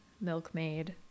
milkmaid